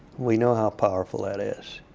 we know how powerful that is.